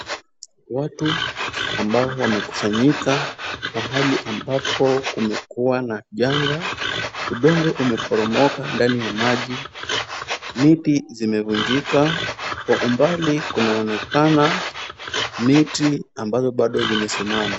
Watu ambao wamekusanyika mahali ambapo kumekua na janga ,udongo umeporomoka ndani ya maji, miti zimevunjika kwa umbali kunaonekana miti ambazo bado zimesimama.